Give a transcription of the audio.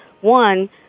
One